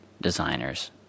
designers